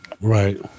Right